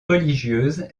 religieuses